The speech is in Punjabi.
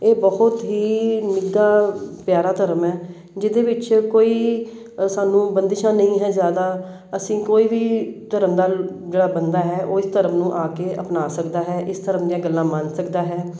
ਇਹ ਬਹੁਤ ਹੀ ਨਿੱਘਾ ਪਿਆਰਾ ਧਰਮ ਹੈ ਜਿਹਦੇ ਵਿੱਚ ਕੋਈ ਸਾਨੂੰ ਬੰਦਿਸ਼ਾਂ ਨਹੀਂ ਹੈ ਜ਼ਿਆਦਾ ਅਸੀਂ ਕੋਈ ਵੀ ਧਰਮ ਦਾ ਜਿਹੜਾ ਬੰਦਾ ਹੈ ਉਹ ਇਸ ਧਰਮ ਨੂੰ ਆ ਕੇ ਅਪਣਾ ਸਕਦਾ ਹੈ ਇਸ ਧਰਮ ਦੀਆਂ ਗੱਲਾਂ ਮੰਨ ਸਕਦਾ ਹੈ